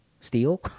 Steel